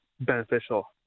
beneficial